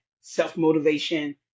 self-motivation